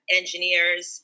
engineers